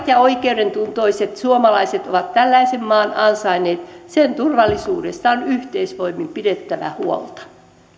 ja oikeudentuntoiset suomalaiset ovat tällaisen maan ansainneet sen turvallisuudesta on yhteisvoimin pidettävä huolta